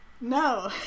no